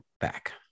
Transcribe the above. back